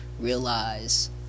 realize